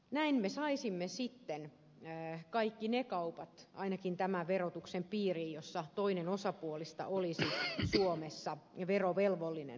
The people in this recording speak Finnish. näin me saisimme sitten kaikki ne kaupat ainakin tämän verotuksen piiriin jossa toinen osapuolista olisi suomessa verovelvollinen